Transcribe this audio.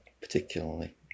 particularly